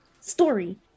story